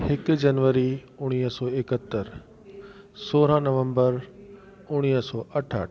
हिकु जनवरी उणिवीह सौ एकहतरि सोरहं नवंबर उणिवीह सौ अठहठि